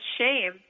shame